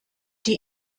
die